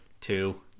Two